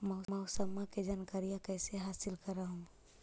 मौसमा के जनकरिया कैसे हासिल कर हू?